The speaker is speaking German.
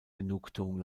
genugtuung